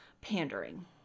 pandering